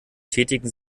tätigen